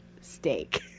steak